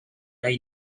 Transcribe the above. đây